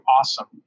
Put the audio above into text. awesome